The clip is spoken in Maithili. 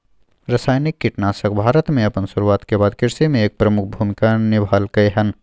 रासायनिक कीटनाशक भारत में अपन शुरुआत के बाद से कृषि में एक प्रमुख भूमिका निभलकय हन